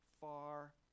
far